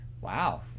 Wow